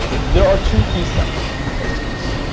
there are two key steps in this case.